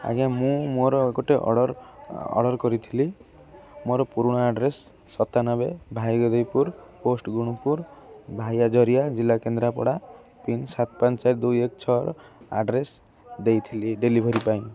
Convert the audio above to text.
ଆଜ୍ଞା ମୁଁ ମୋର ଗୋଟେ ଅର୍ଡ଼ର ଅର୍ଡ଼ର କରିଥିଲି ମୋର ପୁରୁଣା ଆଡ଼୍ରେସ୍ ସତାନବେ ଭାଇଗଦେଇପୁର ପୋଷ୍ଟ ଗୁଣପୁର ଭାଇଆ ଜରିଆ ଜିଲ୍ଲା କେନ୍ଦ୍ରାପଡ଼ା ପିନ୍ ସାତ ପାଞ୍ଚ ଚାରି ଦୁଇ ଏକ ଛଅର ଆଡ଼୍ରେସ୍ ଦେଇଥିଲି ଡେଲିଭରି ପାଇଁ